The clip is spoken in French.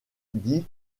dit